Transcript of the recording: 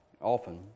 often